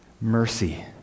Mercy